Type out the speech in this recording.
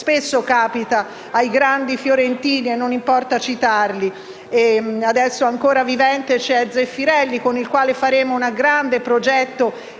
spesso capita ai grandi fiorentini e non importa citarli. Adesso, ancora vivente, c'è Zeffirelli con il quale faremo un grande progetto